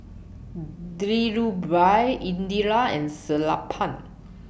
Dhirubhai Indira and Sellapan